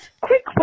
Quick